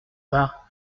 pas